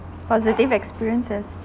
positive experiences